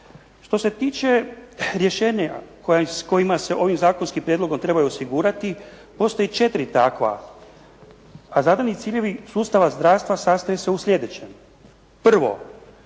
Što se tiče rješenja s kojima se ovim zakonskim prijedlogom treba osigurati, postoji četiri takva, a zadani ciljevi sustava zdravstva sastoje se u sljedećem: Prvo,